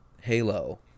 Halo